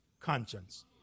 conscience